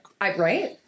Right